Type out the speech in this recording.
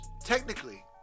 Technically